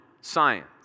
Science